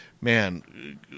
man